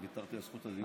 ויתרתי על זכות הדיבור.